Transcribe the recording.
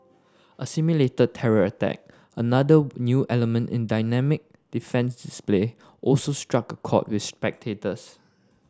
a simulated terror attack another new element in dynamic defence display also struck chord with spectators